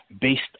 based